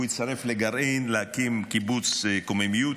והוא הצטרף לגרעין להקים את קיבוץ קוממיות,